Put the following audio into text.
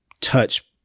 touch